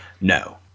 No